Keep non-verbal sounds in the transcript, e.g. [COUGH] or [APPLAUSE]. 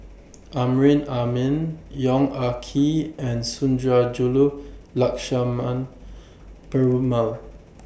[NOISE] Amrin Amin Yong Ah Kee and Sundarajulu Lakshmana Perumal